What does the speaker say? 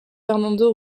fernando